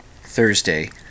Thursday